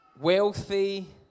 wealthy